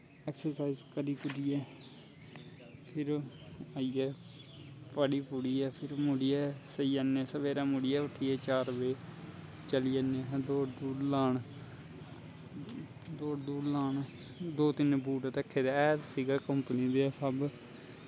exercise करी कुरियै फिर आईयै करी कुरियै फिर सेई जन्ने फिर मुड़ियै उट्ठियै चार बज़े चली जन्ने दौड़ दूड़ लान दौड़ दूड़ लान दो तिन्न बूट रक्खे दे है सिगा कम्पनी दे सब